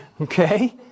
okay